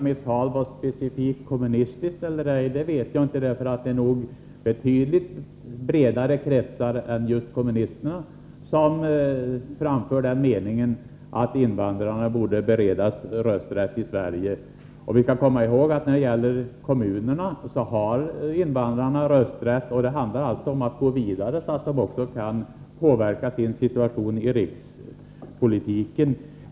Herr talman! Jag vet inte huruvida mitt tal var specifikt kommunistiskt eller ej. Det är betydligt bredare kretsar än bara kommunisterna som framför meningen att invandrarna borde beredas rösträtt i Sverige. Vi skall komma ihåg att invandrarna har rösträtt i kommunalvalen. Det handlar alltså om att gå vidare, så att de också kan påverka sin situation via rikspolitiken.